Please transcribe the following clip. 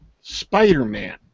Spider-Man